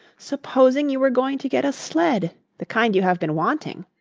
supposing you were going to get a sled the kind you have been wanting,